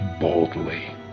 boldly